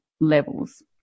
levels